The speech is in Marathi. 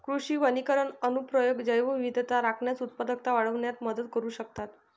कृषी वनीकरण अनुप्रयोग जैवविविधता राखण्यास, उत्पादकता वाढविण्यात मदत करू शकतात